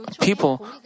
people